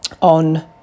on